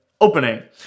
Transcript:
opening